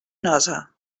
nosa